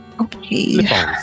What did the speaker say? Okay